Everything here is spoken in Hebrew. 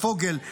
ופוגל,